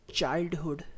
childhood